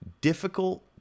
difficult